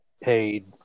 paid